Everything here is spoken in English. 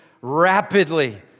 rapidly